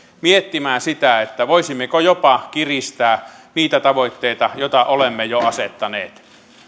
miettimään sitä voisimmeko jopa kiristää niitä tavoitteita joita olemme jo asettaneet